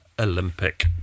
Olympic